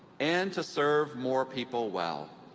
and to serve more people well.